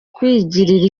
kwigirira